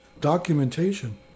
Documentation